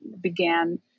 began